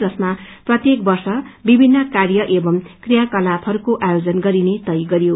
जसमा प्रत्येक वर्ष विभिन्न कार्य एवं क्रियाकलापहस्को आयोजन गरिने तय गरियो